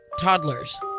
toddlers